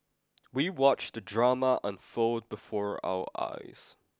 we watched the drama unfold before our eyes